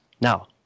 Now